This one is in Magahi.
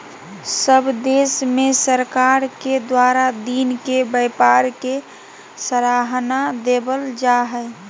सब देश में सरकार के द्वारा दिन के व्यापार के सराहना देवल जा हइ